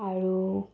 আৰু